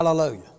Hallelujah